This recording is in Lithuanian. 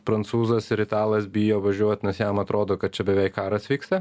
prancūzas ir italas bijo važiuot nes jam atrodo kad čia beveik karas vyksta